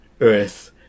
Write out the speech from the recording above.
Earth